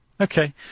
Okay